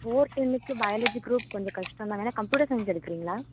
four டென்னுக்கு biology group கொஞ்சோம் கஷ்டோந்தான் வேணுணா கம்ப்யூட்டர் சயின்ஸ் எடுக்கறிங்ளா